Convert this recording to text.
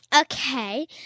Okay